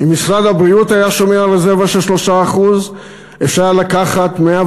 אם משרד הבריאות היה שומר על רזרבה של 3% אפשר היה לקחת 110